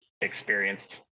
experienced